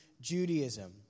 Judaism